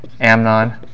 Amnon